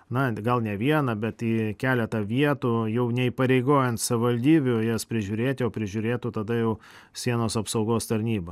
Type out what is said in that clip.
na gal ne vieną bet į keletą vietų jau neįpareigojant savivaldybių jas prižiūrėti o prižiūrėtų tada jau sienos apsaugos tarnyba